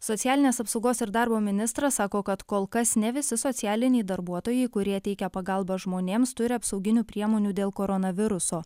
socialinės apsaugos ir darbo ministras sako kad kol kas ne visi socialiniai darbuotojai kurie teikia pagalbą žmonėms turi apsauginių priemonių dėl koronaviruso